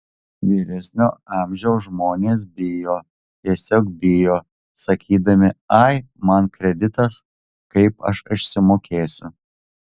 vyresnio amžiaus žmonės bijo tiesiog bijo sakydami ai man kreditas kaip aš išsimokėsiu